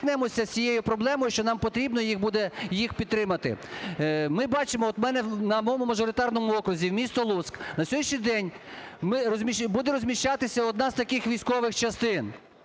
ми стикнемося з цією проблемою, що нам потрібно їх буде… їх підтримати. Ми бачимо. От на моєму мажоритарному окрузі місто Луцьк. На сьогоднішній день буде розміщатися одна з таких військових частин,